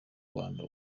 rwanda